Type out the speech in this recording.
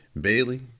Bailey